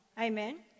Amen